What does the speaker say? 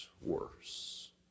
worse